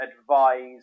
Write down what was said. advise